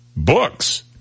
Books